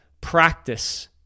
practice